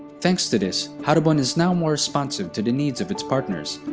thanks to this, haribon is now more responsive to the needs of its partners.